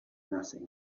nothing